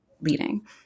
leading